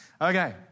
Okay